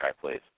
please